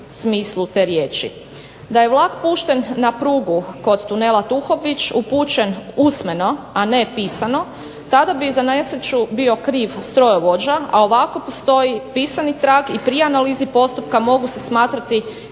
Da je vlak pušten na prugu kod Tunela Tuhović upućen usmeno, a ne pisano, tada bi za nesreću bio kriv strojovođa, a ovako postoji pisani trag i prije analize postupka mogu se smatrati